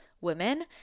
women